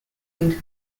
into